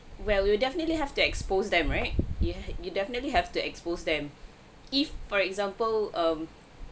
well you definitely have to expose them right yeah you definitely have to expose them if for example um